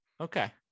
okay